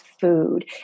food